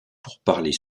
pourparlers